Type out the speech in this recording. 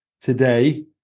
today